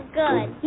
good